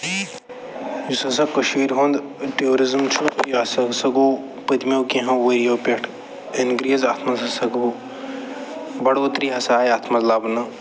یُس ہسا کٔشیٖرِ ہُنٛد ٹیوٗرِزٕم چھُ یہِ سُہ ہسا گوٚو پٔتۍمیو کیٚنہہ ہَو ؤرِیو پٮ۪ٹھٕ اِنٛکرٛیٖز اَتھ منٛز ہسا گوٚو بَڈوترٛی ہسا آیہِ اَتھ منٛز لَبنہٕ